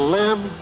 live